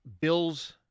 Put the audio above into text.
Bills